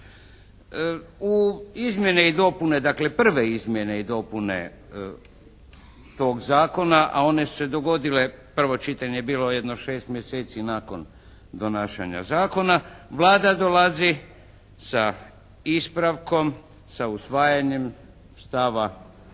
U izmjene i dopune dakle prve izmjene i dopune tog zakona, a one su se dogodile, prvo čitanje je bilo jedno 6 mjeseci nakon donašanja zakona, Vlada dolazi sa ispravkom, sa usvajanjem stava